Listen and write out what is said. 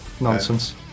nonsense